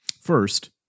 First